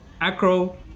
acro